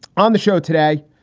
on the show today,